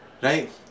Right